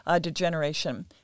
degeneration